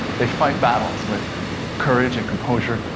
they fight battles with courage and composure,